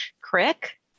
Crick